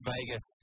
Vegas